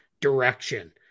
direction